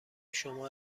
شما